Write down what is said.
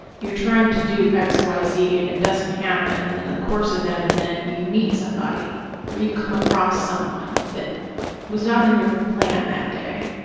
you're trying to do x, y, z and it doesn't happen, and in the course of that event you meet somebody or you come across someone that was not in your plan that day,